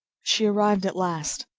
she arrived at last.